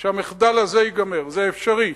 שהמחדל הזה ייגמר, זה אפשרי,